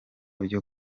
byo